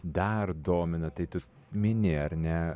dar domina tai tu mini ar ne